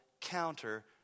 counter